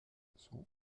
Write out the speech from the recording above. sont